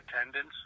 attendance